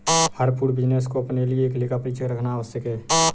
हर food business को अपने लिए एक लेखा परीक्षक रखना आवश्यक है